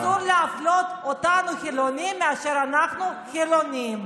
אסור להפלות אותנו, חילונים באשר אנחנו חילונים.